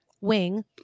wing